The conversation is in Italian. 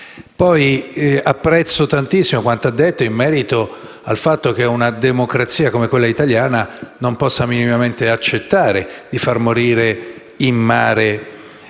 Apprezzo tantissimo quanto ha detto in merito al fatto che una democrazia come quella italiana non possa accettare di far morire in mare